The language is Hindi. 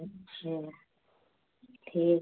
अच्छा ठीक